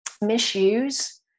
misuse